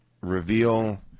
reveal